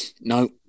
no